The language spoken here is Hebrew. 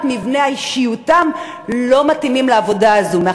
מבנה אישיותם לא מתאימים לעבודה הזאת,